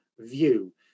view